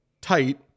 tight